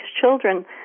children